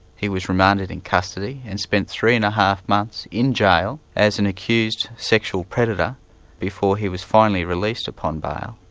he was remanded in custody and spent three and a half months in jail as an accused sexual predator before he was finally released upon bail.